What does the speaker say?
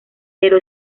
pero